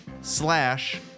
slash